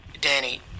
Danny